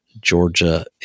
Georgia